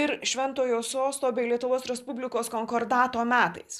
ir šventojo sosto bei lietuvos respublikos konkordato metais